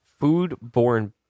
Foodborne